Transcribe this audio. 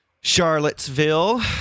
Charlottesville